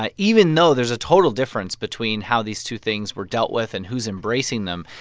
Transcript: ah even though there's a total difference between how these two things were dealt with and who's embracing them.